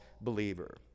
believer